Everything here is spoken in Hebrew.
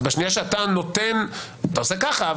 אתה עושה ככה,